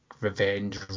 Revenge